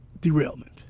derailment